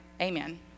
Amen